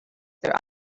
their